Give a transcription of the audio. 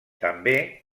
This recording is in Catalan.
també